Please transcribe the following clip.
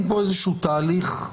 אין פה איזשהו תהליך.